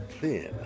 thin